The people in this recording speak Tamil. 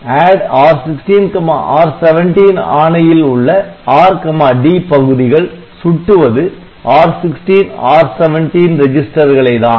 ADD R16R17 ஆணையில் உள்ள 'r' 'd' பகுதிகள் சுட்டுவது R16 R17 ரெஜிஸ்டர்களை தான்